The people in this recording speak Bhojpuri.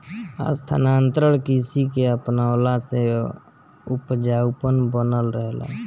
स्थानांतरण कृषि के अपनवला से उपजाऊपन बनल रहेला